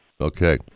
Okay